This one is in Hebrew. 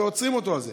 ועוצרים אותו על זה.